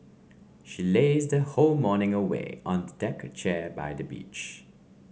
she lazed her whole morning away on a deck chair by the beach